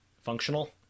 functional